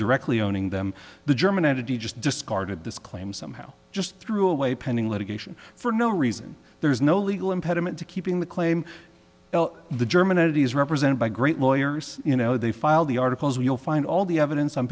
directly owning them the german entity just discarded this claim somehow just threw away pending litigation for no reason there is no legal impediment to keeping the claim well the german entity is represented by great lawyers you know they filed the articles we'll find all the evidence on